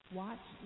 watch